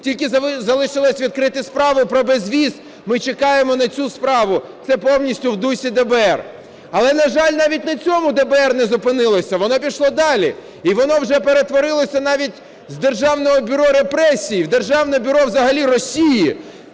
Тільки залишилося відкрити справу про безвіз. Ми чекаємо на цю справу. Це повністю в дусі ДБР. Але, на жаль, навіть на цьому ДБР не зупинилося, воно пішло далі. І воно вже перетворилося навіть з "державного бюро репресій" в державне бюро взагалі Росії.